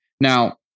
Now